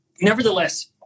nevertheless